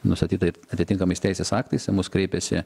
nustatyta atitinkamais teisės aktais į mus kreipėsi